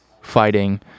fighting